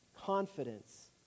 confidence